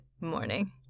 morning